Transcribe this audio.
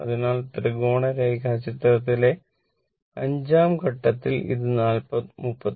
അതിനാൽ ത്രികോണ രേഖാചിത്രത്തിലെ അഞ്ചാം ഘട്ടത്തിൽ ഇത് 39